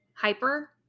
hyper